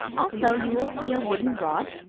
also you will see a wooden rod,